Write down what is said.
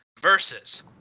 versus